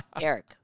Eric